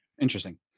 Interesting